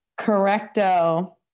Correcto